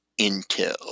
intel